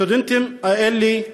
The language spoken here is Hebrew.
הסטודנטים האלה,